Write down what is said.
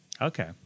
Okay